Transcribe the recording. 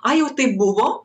a jau taip buvo